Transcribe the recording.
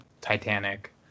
Titanic